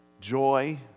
joy